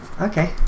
Okay